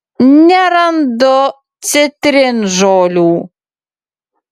nerandu citrinžolių